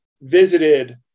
visited